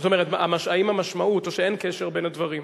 זאת אומרת, האם המשמעות, או שאין קשר בין הדברים?